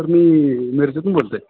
sir मी मिरजेतून बोलतो आहे